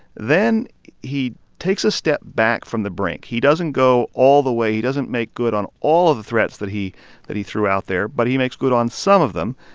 then he takes a step back from the brink. he doesn't go all the way. he doesn't make good on all of the threats that he that he threw out there, but he makes good on some of them.